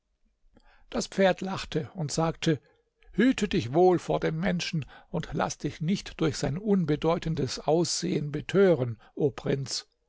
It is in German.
das pferd lachte und sagte hüte dich wohl vor dem menschen und laß dich nicht durch sein unbedeutendes aussehen betören o prinz